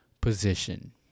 position